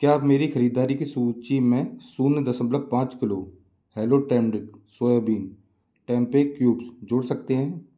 क्या आप मेरी ख़रीददारी की सूची में शून्य दशमलव पाँच किलो हेलो टेम्ड्रिंक सोयाबीन टेम्पेक क्यूब्स जोड़ सकते हैं